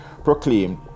proclaimed